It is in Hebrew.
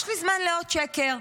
יש לי זמן לעוד שקר.